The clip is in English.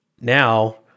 Now